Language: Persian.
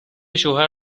شوهر